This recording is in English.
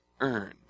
earned